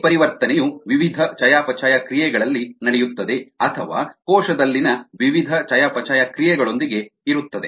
ಈ ಪರಿವರ್ತನೆಯು ವಿವಿಧ ಚಯಾಪಚಯ ಕ್ರಿಯೆಗಳಲ್ಲಿ ನಡೆಯುತ್ತದೆ ಅಥವಾ ಕೋಶದಲ್ಲಿನ ವಿವಿಧ ಚಯಾಪಚಯ ಕ್ರಿಯೆಗಳೊಂದಿಗೆ ಇರುತ್ತದೆ